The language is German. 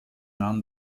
nahm